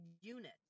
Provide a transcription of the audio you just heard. unit